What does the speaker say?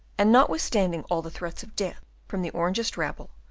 and notwithstanding all the threats of death from the orangist rabble,